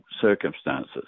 circumstances